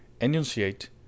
enunciate